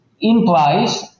implies